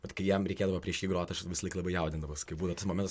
bet kai jam reikėdavo prieš jį grot aš visąlaik labai jaudindavaus kai būna ta momentas